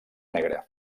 negra